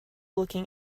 looking